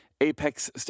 Apex